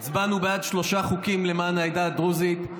הצבענו בעד שלושה חוקים למען העדה הדרוזית.